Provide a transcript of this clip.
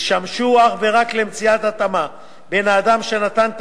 ישמשו אך ורק למציאת התאמה בין האדם שנתן את